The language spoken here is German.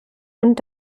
und